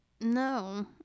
No